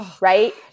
Right